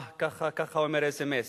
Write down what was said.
ככה אומר האס.אם.אס.